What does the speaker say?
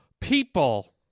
People